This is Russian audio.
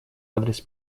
адрес